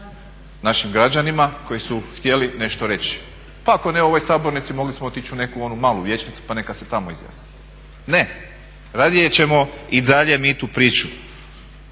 našim građanima koji su htjeli nešto reći. Pa ako ne u ovoj sabornici mogli smo otići u neku onu malu vijećnicu pa neka se tamo izjasne. Ne, radije ćemo i dalje mi tu priču